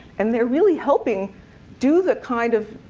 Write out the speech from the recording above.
and they're really helping do the kind of,